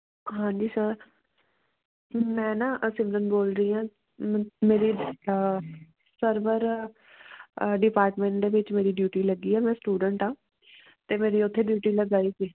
ਹਾਂਜੀ ਸਰ ਮੈਂ ਨਾ ਅ ਸਿਮਰਨ ਬੋਲ ਰਹੀ ਹਾਂ ਮੇਰੇ ਸਰਵਰ ਡਿਪਾਰਟਮੈਂਟ ਦੇ ਵਿੱਚ ਮੇਰੀ ਡਿਊਟੀ ਲੱਗੀ ਹੈ ਮੈਂ ਸਟੂਡੈਂਟ ਹਾਂ ਅਤੇ ਮੇਰੀ ਉੱਥੇ ਡਿਊਟੀ ਲਗਾਈ ਸੀ